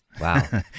Wow